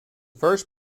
first